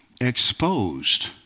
exposed